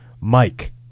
Mike